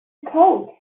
code